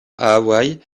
hawaï